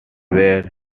where